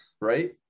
right